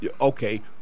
Okay